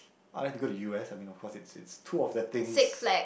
I like to go to U_S I mean of course it's it's two of the things